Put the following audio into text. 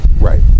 Right